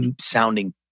sounding